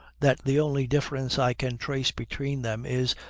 that the only difference i can trace between them is,